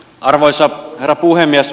arvoisa herra puhemies